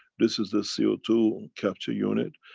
this is the c o two capture unit.